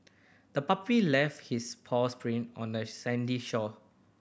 the puppy left his paws print on the sandy shore